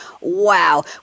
wow